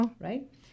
right